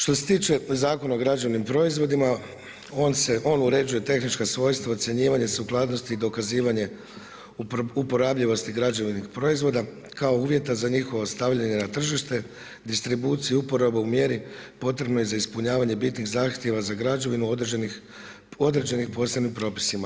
Što se tiče Zakona o građevnim proizvodima on uređuje tehnička svojstva, ocjenjivanje sukladnosti i dokazivanje uporabljivosti građevinskih proizvoda kao uvjeta za njihovo stavljanje na tržište, distribuciju, uporabu u mjeri potrebnoj za ispunjavanje bitnih zahtjeva za građevinu određenih posebnim propisima.